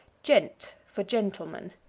gent for gentleman.